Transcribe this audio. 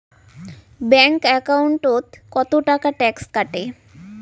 Bank একাউন্টত কতো টাকা ট্যাক্স কাটে?